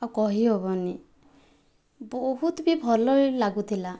ଆଉ କହିହେବନି ବହୁତ ବି ଭଲ ବି ଲାଗୁଥିଲା